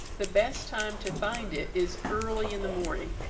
the best time to find it is early in the morning.